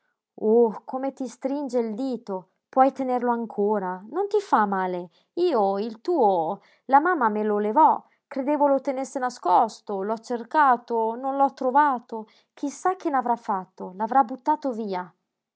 oh come ti stringe il dito puoi tenerlo ancora non ti fa male io il tuo la mamma me lo levò credevo lo tenesse nascosto l'ho cercato non l'ho trovato chi sa che n'avrà fatto l'avrà buttato via